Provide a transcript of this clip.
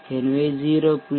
எனவே 0